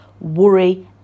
worry